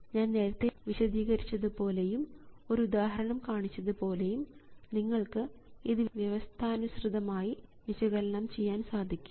ഞാൻ നേരത്തെ വിശദീകരിച്ചതുപോലെയും ഒരുദാഹരണം കാണിച്ചത് പോലെയും നിങ്ങൾക്ക് ഇത് വ്യവസ്ഥാനുസൃതമായി വിശകലനം ചെയ്യാൻ സാധിക്കും